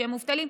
שיהיו מובטלים,